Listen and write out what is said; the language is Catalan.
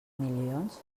milions